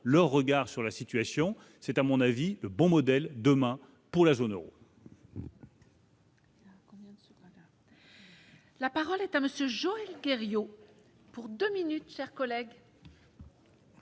leur regard sur la situation, c'est à mon avis le bon modèle demain pour la zone Euro.